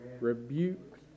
rebuke